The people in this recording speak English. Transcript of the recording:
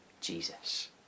Jesus